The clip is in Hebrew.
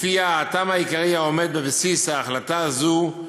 שלפיה הטעם העיקרי העומד בבסיס ההחלטה הזאת הוא